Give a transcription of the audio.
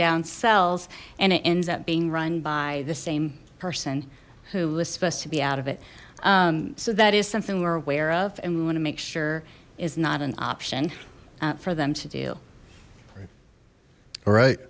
down sells and it ends up being run by the same person who was supposed to be out of it so that is something we're aware of and we want to make sure is not an option for them to do all right